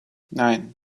nein